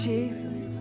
Jesus